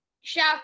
shout